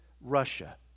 Russia